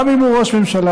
גם אם הוא ראש ממשלה,